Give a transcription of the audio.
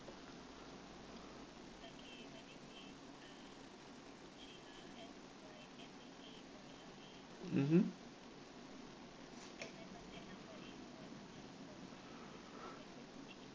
mmhmm